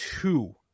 two